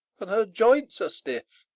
and her joints are stiff